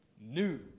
new